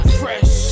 fresh